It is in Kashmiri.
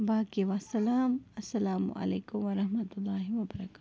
باقٕے والسلام السلامُ علیکُم ورحمتہ اللہ وبرکاتُہ